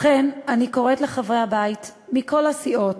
לכן אני קוראת לחברי הבית מכל הסיעות,